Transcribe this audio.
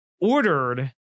ordered